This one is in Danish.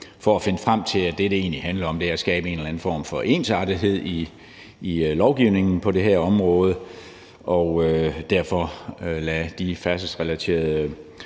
for at finde frem til, at det, det egentlig handler om, er at skabe en eller anden form for ensartethed i lovgivningen på det her område og derfor lade de færdselsrelaterede